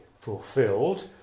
fulfilled